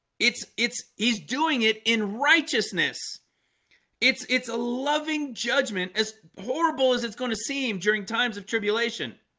it's it's he's doing it in righteousness it's it's a loving judgment as horrible as it's going to seem during times of tribulation